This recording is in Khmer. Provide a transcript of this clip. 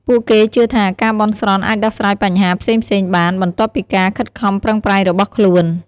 ពួកគេជឿថាការបន់ស្រន់អាចដោះស្រាយបញ្ហា ផ្សេងៗបាន បន្ទាប់ពីការខិតខំប្រឹងប្រែងរបស់ខ្លួន។